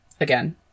Again